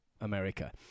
America